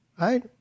right